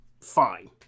Fine